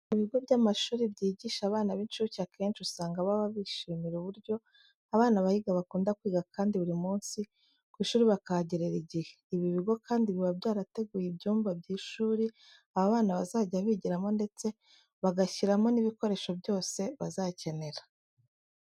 Mu bigo by'amashuri byigisha abana b'incuke akenshi usanga baba bishimira uburyo abana bahiga bakunda kwiga kandi buri munsi ku ishuri bakahagerera igihe. Ibi bigo kandi biba byarateguye ibyumba by'ishuri aba bana bazajya bigiramo ndetse bagashyiramo n'ibikoresho byose bazakenera.